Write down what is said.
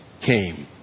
came